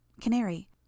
Canary